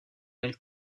nel